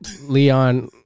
Leon